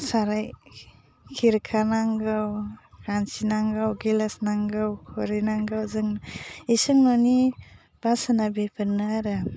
साराइ खेरखा नांगौ खान्सि नांगौ गिलास नांगौ खुरै नांगौ जों इसिंं न'नि बास'ना बिफोरनो आरो